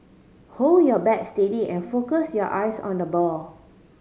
hold your bat steady and focus your eyes on the ball